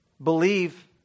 believe